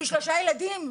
יש לי שלושה ילדים.